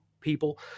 people